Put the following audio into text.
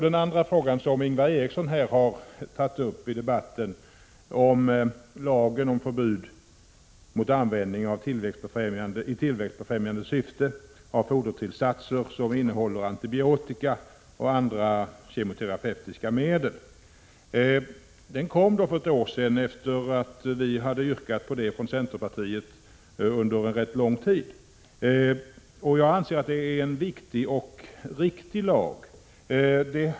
Den fråga som Ingvar Eriksson har tagit upp i debatten gäller lagen om förbud mot användning i tillväxtbefrämjande syfte av fodertillsatser som innehåller antibiotika och andra kemoterapeutiska medel. Lagen kom för ett år sedan, efter att vi från centerpartiet hade yrkat på det under ganska lång tid, och jag anser att det är en viktig och riktig lag.